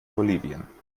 bolivien